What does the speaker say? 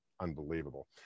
unbelievable